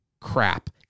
crap